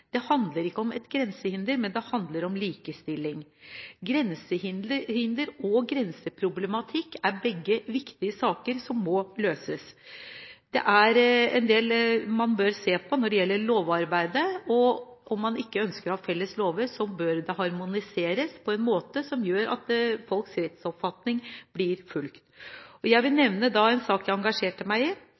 Det handler ikke om et grensehinder, men det handler om likestilling. Grensehinder og grenseproblematikk er begge viktige saker som må løses. Det er en del man bør se på når det gjelder lovarbeidet, og om man ikke ønsker å ha felles lover, bør det harmoniseres på en måte som gjør at folks rettsoppfatning blir fulgt. Jeg vil nevne en sak jeg engasjerte meg i,